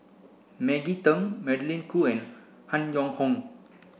Maggie Teng Magdalene Khoo and Han Yong Hong